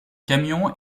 camion